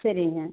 சரிங்க